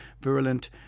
virulent